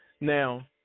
Now